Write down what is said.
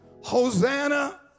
hosanna